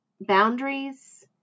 boundaries